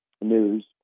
News